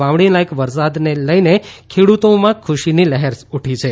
વાવણીલાયક વરસાદને લઇને ખેડૂતોમાં ખુશીની લહેર ઉઠી છે